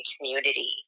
community